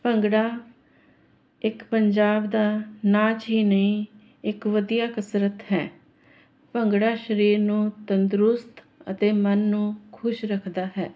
ਭੰਗੜਾ ਇੱਕ ਪੰਜਾਬ ਦਾ ਨਾਚ ਹੀ ਨਹੀਂ ਇੱਕ ਵਧੀਆ ਕਸਰਤ ਹੈ ਭੰਗੜਾ ਸਰੀਰ ਨੂੰ ਤੰਦਰੁਸਤ ਅਤੇ ਮਨ ਨੂੰ ਖੁਸ਼ ਰੱਖਦਾ ਹੈ